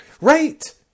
right